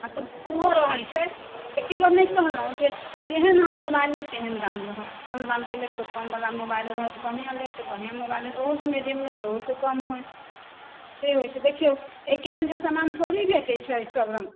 कोन मोबाइल छै एके बेर ने कहलहुँ जेहन अहाँ मोबाइल लेब तेहन दाम रहत कम दामके लेब तऽ कमएला मोबाइल रहत बढ़िआँ लेब तऽ बढ़िआँ मोबाइल ओहोसँ मीडीयम लेब तऽ ओहोसँ कम हइ से होइत छै देखियौ एके रङ्गके सामान थोड़े भेटैत छै